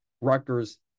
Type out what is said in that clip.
Rutgers